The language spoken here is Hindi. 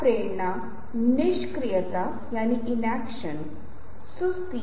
वह पहली चीज है जो हमारे लिए बहुत स्पष्ट हो जाती है